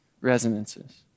resonances